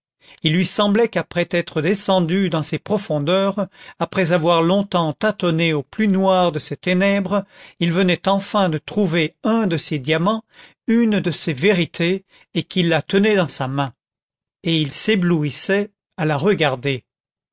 il lui semblait qu'après être descendu dans ces profondeurs après avoir longtemps tâtonné au plus noir de ces ténèbres il venait enfin de trouver un de ces diamants une de ces vérités et qu'il la tenait dans sa main et il s'éblouissait à la regarder